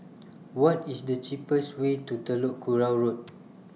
What IS The cheapest Way to Telok Kurau Road